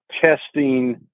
testing